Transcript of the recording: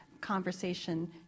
conversation